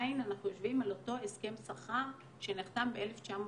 ועדיין אנחנו יושבים על אותו הסכם שכר שנחתם ב-1995.